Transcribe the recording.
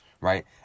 right